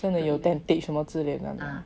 真的有 thick 什么之类的